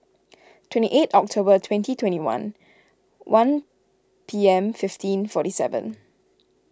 twenty eight October twenty twenty one one P M fifteen forty seven